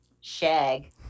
Shag